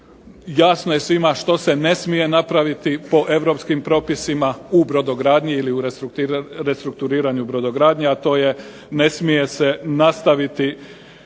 Jasno je svima što se ne smije napraviti po europskim propisima u brodogradnji ili u restrukturiranju brodogradnje, a to je ne smije se nastaviti